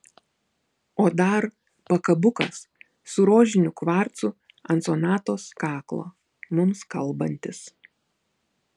o dar pakabukas su rožiniu kvarcu ant sonatos kaklo mums kalbantis